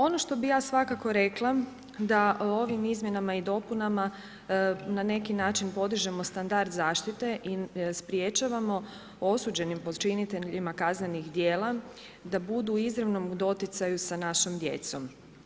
Ono što bih ja svakako rekla da ovim izmjenama i dopunama na neki način podižemo standard zaštite i sprječavamo osuđenim počiniteljima kaznenih djela da budu u izravnom doticaju s našom djecom.